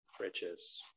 riches